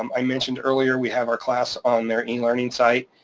um i mentioned earlier, we have our class on their e learning site,